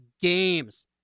games